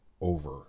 over